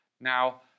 Now